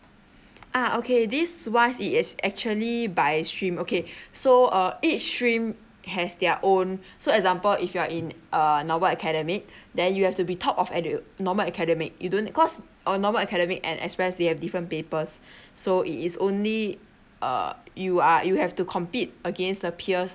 ah okay this wise it is actually by stream okay so uh each stream has their own so example if you're in uh normal academic then you have to be top of at your normal academic you don't cause or normal academic and express they have different papers so it is only uh you are you have to compete against the peers